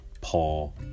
Paul